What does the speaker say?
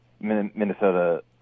Minnesota